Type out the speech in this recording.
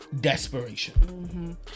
Desperation